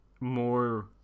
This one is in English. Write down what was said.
more